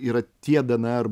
yra tie dnr